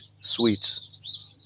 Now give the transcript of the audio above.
sweets